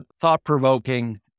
thought-provoking